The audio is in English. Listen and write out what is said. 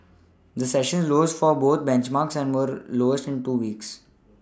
the session lows for both benchmarks were the lowest in two weeks